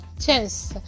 chance